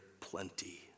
plenty